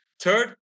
Third